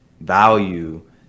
value